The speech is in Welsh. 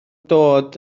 dod